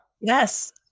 Yes